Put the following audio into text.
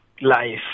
life